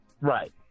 right